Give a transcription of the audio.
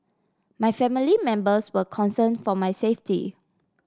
my family members were concern for my safety